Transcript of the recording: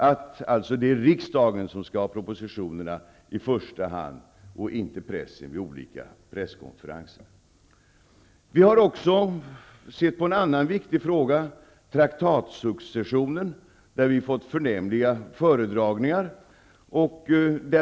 Det är alltså riksdagen som i första hand skall ha propositionerna, inte pressen vid olika presskonferenser. Vi har också tittat på en annan viktig fråga, traktatsuccessionen. I det sammanhanget har vi fått förnämliga föredragningar.